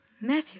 Matthew